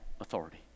authority